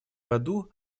году